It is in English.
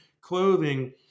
clothing